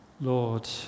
Lord